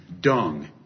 dung